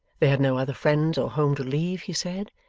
they had no other friends or home to leave, he said,